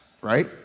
right